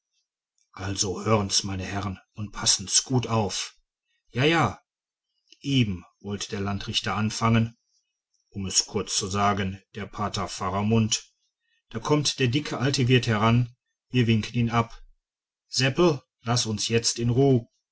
also hören's meine herren und passen's gut auf ja ja eben wollte der landrichter anfangen um es kurz zu sagen der pater faramund da kommt der dicke alte wirt heran wir winken ihm ab seppl laß uns jetzt in ruh